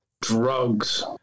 Drugs